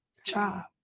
job